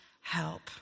help